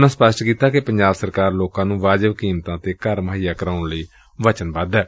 ਉਨ੍ਹਾਂ ਸਪਸ਼ਟ ਕੀਤਾ ਕਿ ਪੰਜਾਬ ਸਰਕਾਰ ਲੋਕਾਂ ਨੂੰ ਵਾਜਬ ਕੀਮਤਾਂ ਉਂਤੇ ਘਰ ਮੁਹੱਈਆ ਕਰਾਉਣ ਲਈ ਵਚਨਬੱਧ ਏ